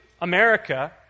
America